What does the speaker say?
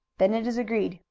then it is agreed.